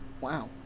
Wow